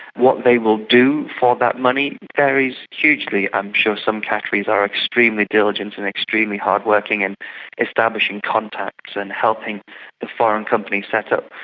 what they will do for that money varies hugely. i'm sure some qataris are extremely diligent and extremely hardworking in establishing contacts and helping the foreign company set up,